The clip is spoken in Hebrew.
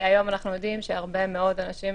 היום אנחנו יודעים שהרבה מאוד אנשים,